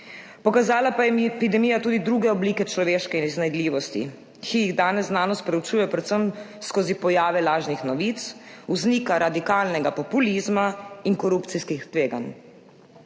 Pokazala pa je epidemija tudi druge oblike človeške iznajdljivosti, ki jih danes znanost preučuje predvsem skozi pojave lažnih novic, vznika radikalnega populizma in korupcijskih tveganj.